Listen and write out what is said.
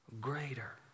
greater